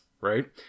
right